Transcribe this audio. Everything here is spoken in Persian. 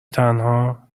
تنها